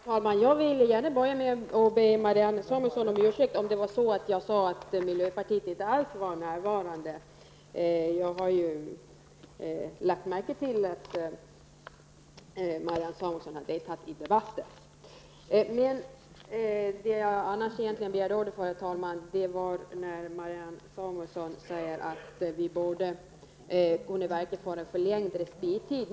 Herr talman! Jag vill gärna börja med att be Marianne Samuelsson om ursäkt om det var så att jag sade att miljöpartiet inte alls var närvarande. Jag har ju lagt märke till att Marianne Samuelsson har deltagit i debatten. Det jag egentligen begärde ordet för, herr talman, var att Marianne Samuelsson säger att vi borde kunna verka för en förlängd respittid.